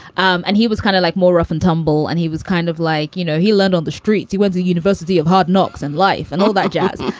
um and he was kind of like more rough and tumble. and he was kind of like, you know, he learned on the street. he was a university of hard knocks and life and all that jazz.